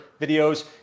videos